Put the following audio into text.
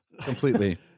Completely